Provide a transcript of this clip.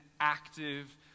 active